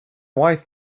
wife